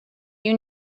you